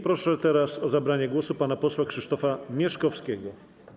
Proszę teraz o zabranie głosu pana posła Krzysztofa Mieszkowskiego.